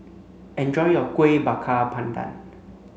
enjoy your Kuih Bakar Pandan